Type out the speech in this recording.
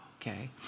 Okay